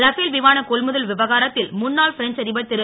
Rafale விமான கொள்முதல் விவகாரத்தில் முன்னாள் பிரெஞ்ச் அதிபர் திரு